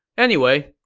anyway,